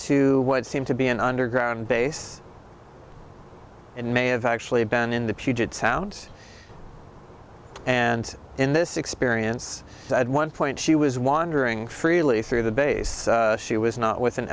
to what seem to be an underground base and may have actually been in the puget sound and in this experience at one point she was wandering freely through the base she was not with an